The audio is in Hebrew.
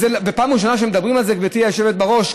ופעם ראשונה שמדברים על זה, גברתי היושבת בראש.